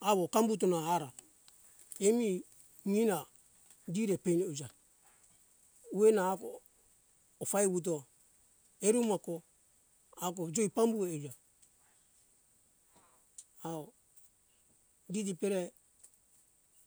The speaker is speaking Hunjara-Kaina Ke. awo kambuto na ara emi mina gire peni euja wina ago ofai wuto erumo ko ako joi pambu euja au didi pere